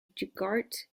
gujarat